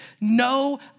no